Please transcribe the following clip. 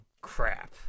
crap